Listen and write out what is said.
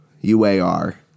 U-A-R